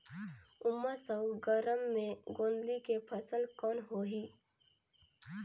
उमस अउ गरम मे गोंदली के फसल कौन होही?